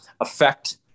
affect